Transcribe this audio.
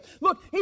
Look